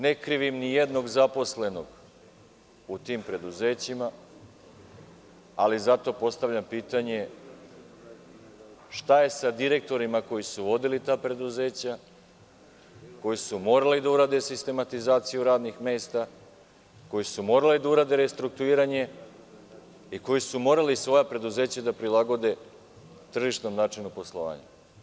Ne krivim nijednog zaposlenog u tim preduzećima, ali zato postavljam pitanje – šta je sa direktorima koji su vodili ta preduzeća, koji su morali da urade sistematizaciju radnih mesta, koji su morali da urade restrukturiranje i koji su morali svoja preduzeća da prilagode tržišnom načinu poslovanja.